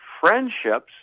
friendships